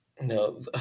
No